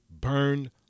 burned